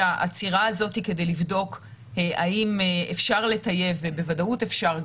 העצירה הזאת כדי לבדוק האם אפשר לטייב ובוודאות אפשר,